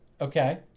Okay